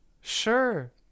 Sure